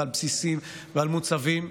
ועל בסיסים ועל מוצבים.